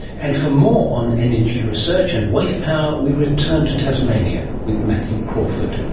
and for more on energy research and wave power we return to tasmania with matthew crawford.